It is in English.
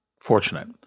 fortunate